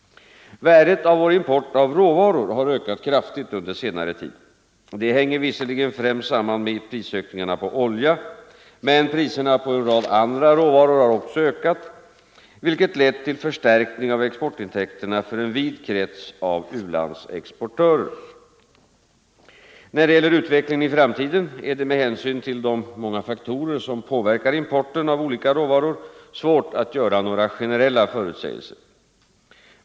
Värdet av vår import av råvaror har ökat kraftigt under senare tid. Detta hänger visserligen främst samman med prisökningarna på olja, men priserna på en rad andra råvaror har också ökat, vilket lett till förstärkning av exportintäkterna för en vid krets av u-landsexportörer. När det gäller utvecklingen i framtiden är det med hänsyn till de många faktorer som påverkar importen av olika råvaror svårt att göra några generella förutsägelser.